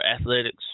athletics